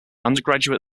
undergraduate